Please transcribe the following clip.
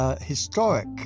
historic